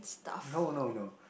no no no